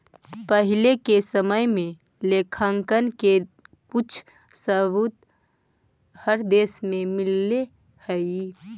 पहिले के समय में लेखांकन के कुछ सबूत हर देश में मिलले हई